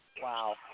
Wow